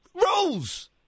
...rules